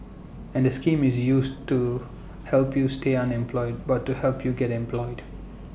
and the scheme is used to help you stay unemployed but to help you get employed